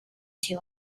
two